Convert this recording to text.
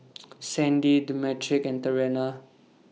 Sandie Demetric and Trena